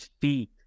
feet